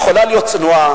היא יכולה להיות צנועה,